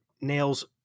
nails